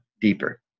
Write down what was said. deeper